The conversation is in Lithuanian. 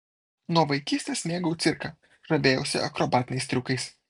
nuo vaikystės mėgau cirką žavėjausi akrobatiniais triukais